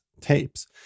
tapes